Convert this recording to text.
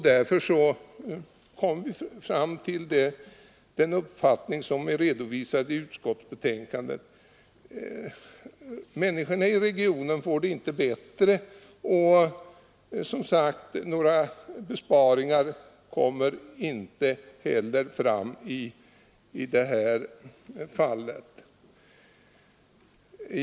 Därför kom vi fram till den uppfattning som är redovisad i utskottsbetänkandet, nämligen att människorna i regionen inte får det bättre och att det inte heller blir några besparingar genom en ändring i det här fallet.